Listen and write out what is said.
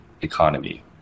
economy